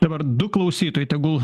dabar du klausytojai tegul